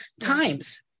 times